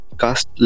cast